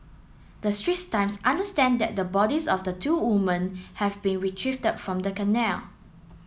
the Straits Times understand that the bodies of the two women have been retrieve from the canal